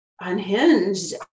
Unhinged